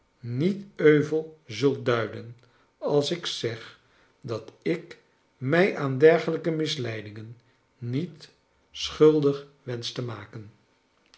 niet euvel zult duiden als ik zeg dat ik mij aan dergelijke misleidingen niet schuldig wensch te maken